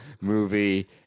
Movie